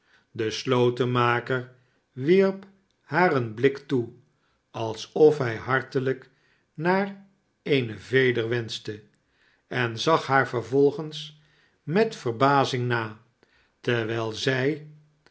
de slotenmaker wierp haar een blik toe alsof hij hartelijk naar eene veder wenschte en zag haar vervolgens met verbazing na terwijl zij